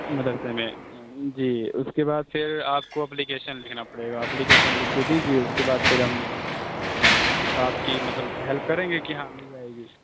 مدرسے میں جی اُس کے بعد پھر آپ کو اپلیکیشن لکھنا پڑے گا اپلیکیشن لِکھ کے دیجیے اُس کے بعد پھر ہم آپ کی مطلب ہیلپ کریں گے کہ ہاں مِل جائے گی